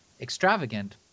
extravagant